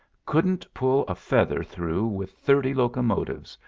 couldn't pull a feather through with thirty locomotives,